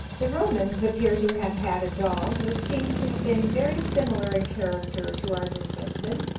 the romans appear to have had a dog, which seems to have been very similar in character to our newfoundland.